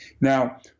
now